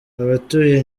abatuye